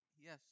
Yes